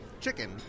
chicken